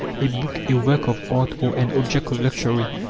a book, a work of art, or an object of luxury,